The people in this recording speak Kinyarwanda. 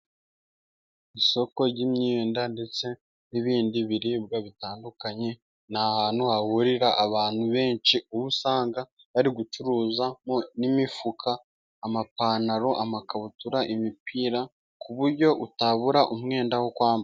Isoko ry'imyenda ndetse n'ibindi biribwa bitandukanye, ni ahantu hahurira abantu benshi ubu usanga bari gucuruza n'imifuka, amapantaro, amakabutura, imipira, ku buryo utabura umwenda wo kwambara.